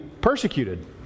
persecuted